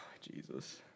Jesus